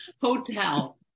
hotel